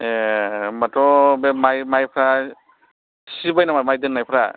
ए होनबाथ' बे माइ माइफोरा सिजोबबाय नामा माइ दोननायफोरा